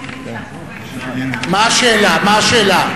מה השאלה, מה השאלה?